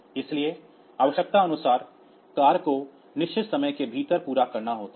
इसलिए आवश्यकतानुसार कार्य को निश्चित समय के भीतर पूरा करना होता है